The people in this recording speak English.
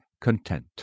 content